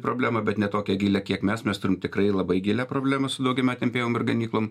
problemą bet ne tokią gilią kiek mes mes turim tikrai labai gilią problemą su daugiametėm pievom ir ganyklom